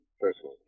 personally